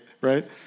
right